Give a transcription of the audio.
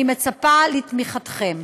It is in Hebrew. אני מצפה לתמיכתכם.